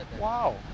wow